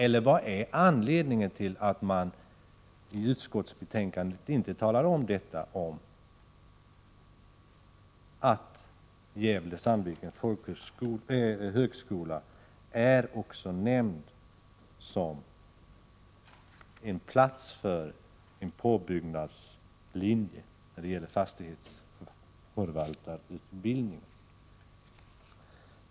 Eller vad är anledningen till att man i utskottsbetänkandet inte talar om att Gävle Sandvikens högskola också är nämnd som en plats för påbyggnadslinje när det gäller fastighetsförvaltarutbildning?